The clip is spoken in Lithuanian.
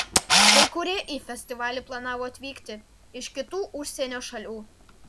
kai kurie į festivalį planavo atvykti iš kitų užsienio šalių